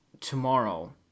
tomorrow